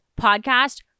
podcast